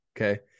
Okay